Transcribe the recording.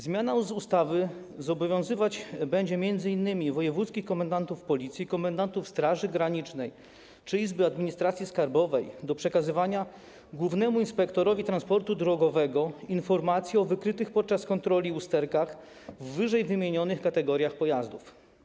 Zmiana ustawy zobowiązywać będzie m.in. wojewódzkich komendantów Policji, komendantów Straży Granicznej czy izby administracji skarbowej do przekazywania głównemu inspektorowi transportu drogowego informacji o wykrytych podczas kontroli usterkach w ww. kategoriach pojazdów.